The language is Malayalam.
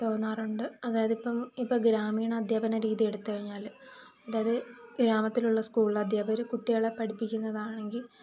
തോന്നാറുണ്ട് അതായത് ഇപ്പം ഇപ്പം ഗ്രാമീണ അധ്യാപന രീതി എടുത്തുകഴിഞ്ഞാല് അതായത് ഗ്രാമത്തിലുള്ള സ്കൂള് അധ്യാപകര് കുട്ടികളെ പഠിപ്പിക്കുന്നതാണെങ്കിൽ